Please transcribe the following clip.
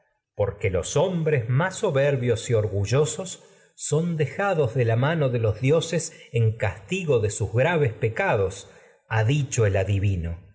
porque hombres mano más soberbios orgullosos son dejados de la de los dioses en cas y tigo de sus graves sucede esto a pecados ha dicho el adivino